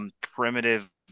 primitive